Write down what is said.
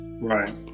Right